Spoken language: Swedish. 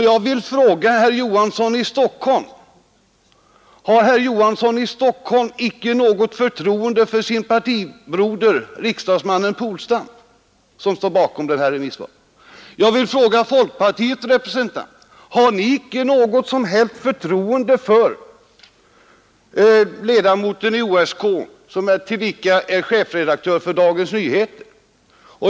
Jag vill fråga herr Olof Johansson i Stockholm om han inte har något förtroende för sin partibroder, riksdagsmannen Polstam, som står bakom detta remissvar. Jag vill fråga folkpartiets representanter: Har ni inte något som helst förtroende för er ledamot i OSK, som tillika är chefredaktör för Dagens Nyheter?